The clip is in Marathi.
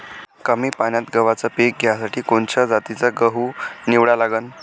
कमी पान्यात गव्हाचं पीक घ्यासाठी कोनच्या जातीचा गहू निवडा लागन?